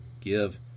give